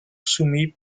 soumis